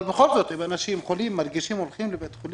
אבל בכל זאת אם אנשים חולים הם מרגישים והולכים לבית חולים.